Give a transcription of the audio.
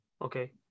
Okay